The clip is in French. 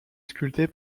sculptée